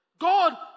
God